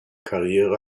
karriere